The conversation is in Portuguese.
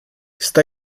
está